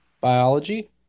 biology